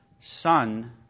Son